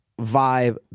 vibe